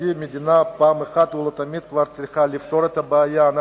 המדינה צריכה אחת ולתמיד לפתור את הבעיה.